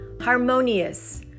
harmonious